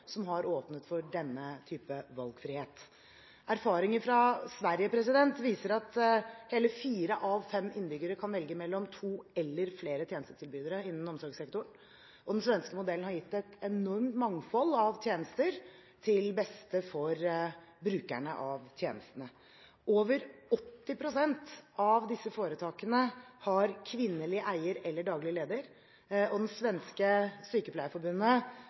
som har åpnet for denne type valgfrihet. Erfaringer fra Sverige viser at hele fire av fem innbyggere kan velge mellom to eller flere tjenestetilbydere innen omsorgssektoren. Den svenske modellen har gitt et enormt mangfold av tjenester til beste for brukerne av tjenestene. Over 80 pst. av disse foretakene har kvinnelig eier eller daglig leder. Det svenske sykepleierforbundet